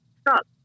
Stop